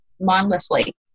mindlessly